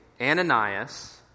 Ananias